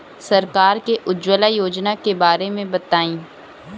सरकार के उज्जवला योजना के बारे में बताईं?